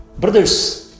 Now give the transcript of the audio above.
brothers